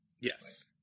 Yes